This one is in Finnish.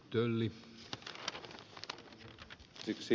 ensiksi ed